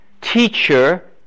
teacher